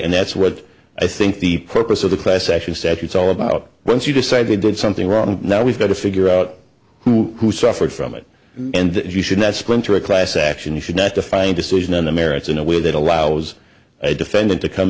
and that's what i think the purpose of the class action step it's all about once you decide they did something wrong now we've got to figure out who suffered from it and you should not splinter a class action should not define decision on the merits in a way that allows a defendant to come